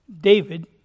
David